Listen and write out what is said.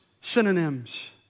synonyms